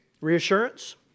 Reassurance